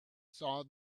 saw